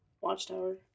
Watchtower